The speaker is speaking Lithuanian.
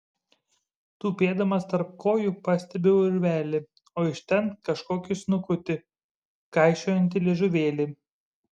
tupėdamas tarp kojų pastebiu urvelį o iš ten kažkokį snukutį kaišiojantį liežuvėlį